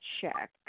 check